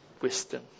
wisdom